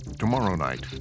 tomorrow night,